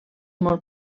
molt